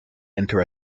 enter